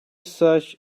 such